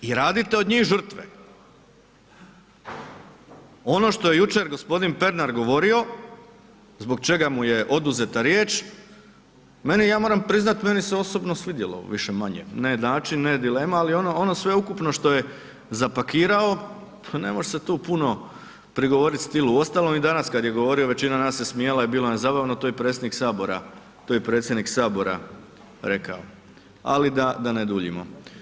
I radite od njih žrtve, ono što je jučer gospodin Pernar govorio, zbog čega mu je oduzeta riječ, mene ja moram priznat meni se osobno svidjelo više-manje, ne način, ne dilema, ali ono sveukupno što je zapakirao, ne može se tu puno prigovorit stilu u ostalom i danas kad je govorio većina nas se smijala i bilo nam je zabavno, to je i predsjednik sabora rekao, ali da ne duljimo.